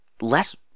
less